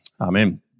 Amen